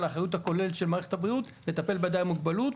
האחריות הכוללת של מערכת הבריאות לטפל באדם עם מוגבלות